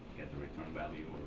get the return value